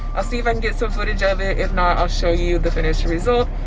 i'll see if i can get some footage of it. if not, i'll show you the finished result.